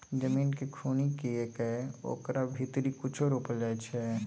जमीन केँ खुनि कए कय ओकरा भीतरी कुछो रोपल जाइ छै